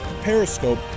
Periscope